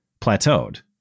plateaued